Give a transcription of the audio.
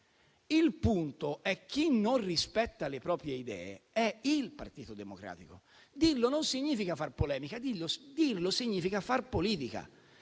Il punto è che chi non rispetta le proprie idee è il Partito Democratico. Dirlo non significa fare polemica, ma significa fare politica.